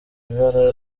ibara